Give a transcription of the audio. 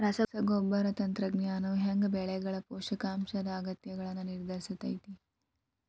ರಸಗೊಬ್ಬರ ತಂತ್ರಜ್ಞಾನವು ಹ್ಯಾಂಗ ಬೆಳೆಗಳ ಪೋಷಕಾಂಶದ ಅಗತ್ಯಗಳನ್ನ ನಿರ್ಧರಿಸುತೈತ್ರಿ?